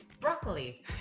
broccoli